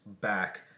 back